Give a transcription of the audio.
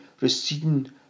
receding